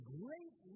great